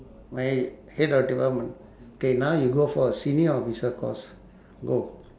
my head of department K now you go for senior officer course go